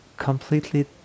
completely